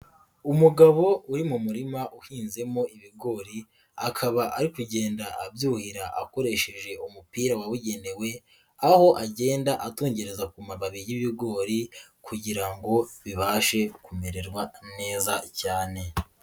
Umugabo uri mu murima uhinzemo ibigori akaba ari kugenda abyuhira akoresheje umupira wabugenewe, aho agenda atongerezwa ku mababi y'ibigori kugira ngo bibashe kumererwa neza cyane.